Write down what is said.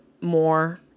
more